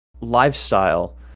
lifestyle